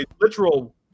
literal